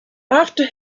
after